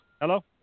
Hello